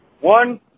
One